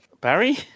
Barry